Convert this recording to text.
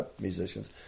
musicians